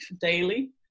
daily